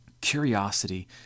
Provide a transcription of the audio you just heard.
Curiosity